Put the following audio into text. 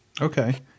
Okay